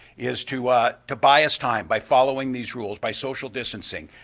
is to ah to buy us time by following these rules, by social distancing.